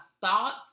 thoughts